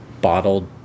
bottled